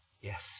yes